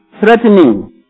threatening